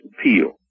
appeal